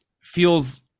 feels